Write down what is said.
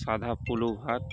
ସାଧା ପଲଉ ଭାତ